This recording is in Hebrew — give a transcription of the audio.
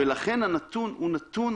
ולכן הנתון הוא נתון